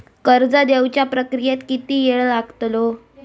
कर्ज देवच्या प्रक्रियेत किती येळ लागतलो?